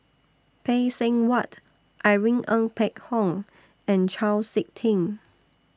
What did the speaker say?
Phay Seng Whatt Irene Ng Phek Hoong and Chau Sik Ting